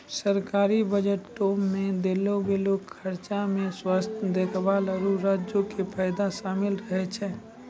सरकारी बजटो मे देलो गेलो खर्चा मे स्वास्थ्य देखभाल, आरु राज्यो के फायदा शामिल रहै छै